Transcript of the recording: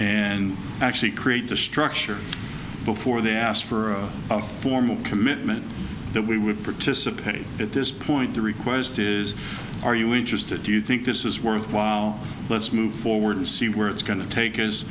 and actually create a structure before they asked for a formal commitment that we would participate at this point the request is are you interested do you think this is worthwhile let's move forward and see where it's going to take is